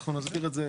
אנחנו נסביר את זה,